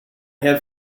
had